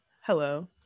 hello